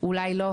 אולי לא.